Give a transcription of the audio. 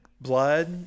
blood